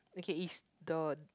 okay it's the